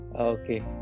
Okay